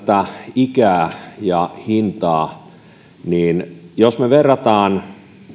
ikää ja hintaa jos me vertaamme